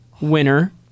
winner